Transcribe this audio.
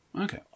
Okay